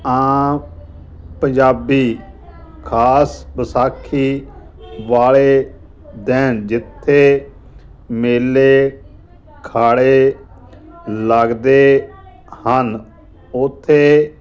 ਆਮ ਪੰਜਾਬੀ ਖ਼ਾਸ ਵਿਸਾਖੀ ਵਾਲੇ ਦਿਨ ਜਿੱਥੇ ਮੇਲੇ ਅਖਾੜੇ ਲੱਗਦੇ ਹਨ ਉੱਥੇ